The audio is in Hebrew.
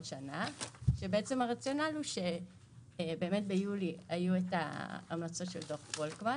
שנה כשבעצם הרציונל הוא שביולי היו המלצות של דוח פולקמן